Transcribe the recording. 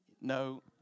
no